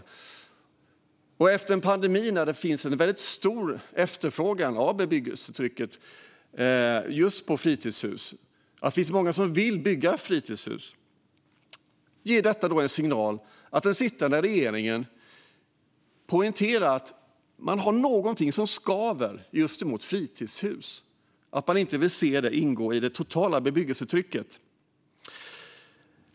När det, efter en pandemi, finns en väldigt stor efterfrågan och ett bebyggelsetryck just när det gäller fritidshus - det finns många som vill bygga fritidshus - ger detta en signal om att den sittande regeringen poängterar att man har någonting som skaver just när det gäller fritidshus och att man inte vill se dem ingå i det totala bebyggelsetrycket.